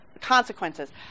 consequences